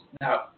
Now